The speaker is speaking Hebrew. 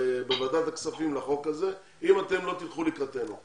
בוועדת הכספים לחוק הזה אם אתם לא תלכו לקראתנו.